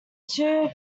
two